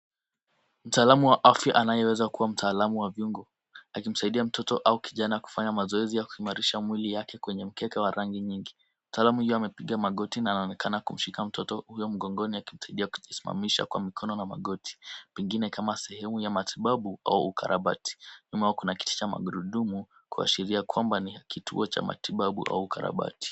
Mtaalamu wa afya anayeweza kuwa mtaalamu wa viungo akimsaidia mtoto au kijana kufanya mazoezi ya kuimarisha mwili yake kwenye mkeka wa rangi nyingi. Mtaalamu huyo amepiga magoti na anaonekana kumshika mtoto huyo mgongoni akimsaidia kujisimamisha kwa mikono na magoti, pengine kama sehemu ya matibabu au ukarabati. Nyuma yao kuna kiti cha magurudumu kuashiria kwamba ni ya kituo cha matibabu au ukarabati.